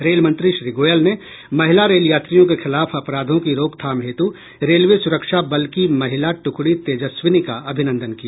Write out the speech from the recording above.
रेलमंत्री श्री गोयल ने महिला रेल यात्रियों के खिलाफ अपराधों की रोकथाम हेतु रेलवे सुरक्षा बल की महिला ट्कड़ी तेजस्विनी का अभिनंदन किया